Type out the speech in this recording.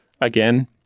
again